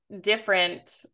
different